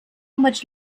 much